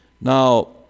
Now